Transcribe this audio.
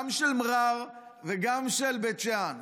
גם של מע'אר וגם של בית שאן,